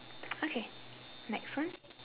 okay next one